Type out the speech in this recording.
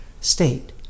state